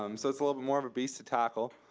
um so it's a little bit more of a beast to tackle